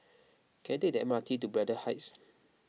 can I take the M R T to Braddell Heights